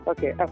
Okay